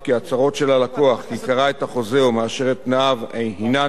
הלקוח כי קרא את החוזה ומאשר את תנאיו הינן מקפחות.